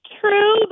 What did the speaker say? True